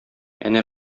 әнә